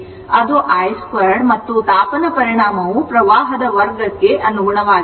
ಅದು i 2 ಮತ್ತು ತಾಪನ ಪರಿಣಾಮವು ಪ್ರವಾಹದ ವರ್ಗಕ್ಕೆ ಅನುಗುಣವಾಗಿರುತ್ತದೆ